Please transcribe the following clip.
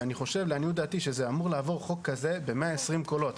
ואני חושב לעניות דעתי שזה אמור לעבור חוק כזה ב-120 קולות.